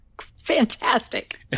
Fantastic